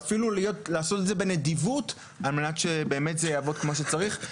ואפילו לעשות את זה בנדיבות על מנת שבאמת זה יעבוד כמו שצריך.